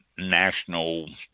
national